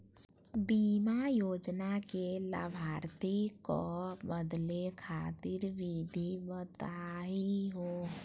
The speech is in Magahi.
बीमा योजना के लाभार्थी क बदले खातिर विधि बताही हो?